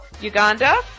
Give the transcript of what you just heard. Uganda